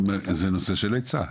זה נושא של היצע.